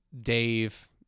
Dave